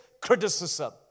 criticism